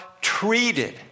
treated